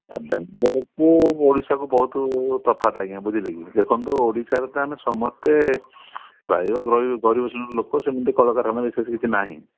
ବେଙ୍ଗ୍ଲୋର୍ଠୁ ଓଡ଼ିଶାକୁ ବହୁତୁ ତଫାତ୍ ଆଜ୍ଞା ବୁଝିଲେ କି ଦେଖନ୍ତୁ ଓଡ଼ିଶାରେ ତ ଆମେ ସମସ୍ତେ ପ୍ରାୟ ଗରିବ ଗରିବ ଶ୍ରେଣୀର ଲୋକ ସେମିତି କଳକାରଖାନା ବିଶେଷ କିଛି ନାହିଁ